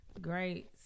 great